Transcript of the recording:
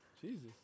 Jesus